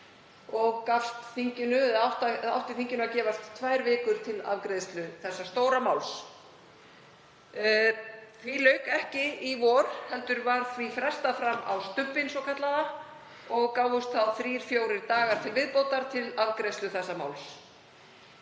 og áttu þinginu að gefast tvær vikur til afgreiðslu þess stóra máls. Því lauk ekki í vor heldur var því frestað fram á stubbinn svokallaða og gáfust þá þrír, fjórir dagar til viðbótar til afgreiðslu málsins.